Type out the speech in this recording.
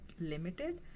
limited